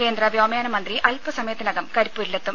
കേന്ദ്ര വ്യോമയാന മന്ത്രി അല്പസമയത്തിനകം കരിപ്പൂരിലെത്തും